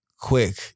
quick